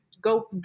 go